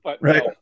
right